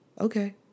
okay